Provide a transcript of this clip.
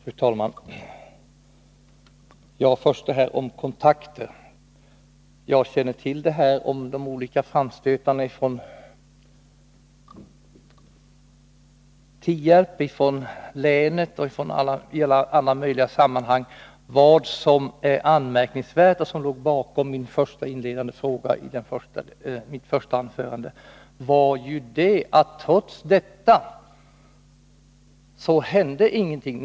Fru talman! Vad först gäller frågan om kontakterna känner jag till de olika framstötar som gjorts från Tierp, från länet och i alla möjliga sammanhang. Vad som är anmärkningsvärt och som låg bakom den inledande frågan i mitt första anförande var att det trots detta inte hände någonting.